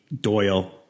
Doyle